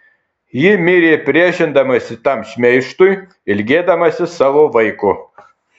ji mirė priešindamasi tam šmeižtui ilgėdamasi savo vaiko